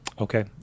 Okay